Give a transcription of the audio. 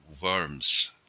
Worms